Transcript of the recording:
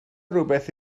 rhywbeth